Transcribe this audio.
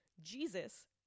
Jesus